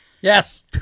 Yes